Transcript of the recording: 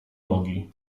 nogi